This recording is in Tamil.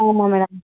ஆமாம் மேடம்